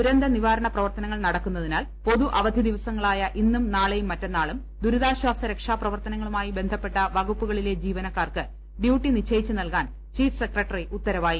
ദുരന്തനിവാരണ പ്രവർത്തനങ്ങൾ നടക്കുന്നതിനാൽ പൊതു അവധി ദിവസങ്ങളായ ഇന്നും നാളെയും മറ്റെന്നാളും ദുരിതാശ്വാസ രക്ഷാ പ്രവർത്തനങ്ങളുമായി ബന്ധപ്പെട്ട വകുപ്പുകളിലെ ജീവനക്കാർക്ക് ഡ്യൂട്ടി നിശ്ചയിച്ച് നൽകാൻ ചീഫ് സെക്രട്ടറി ഉത്തരവായി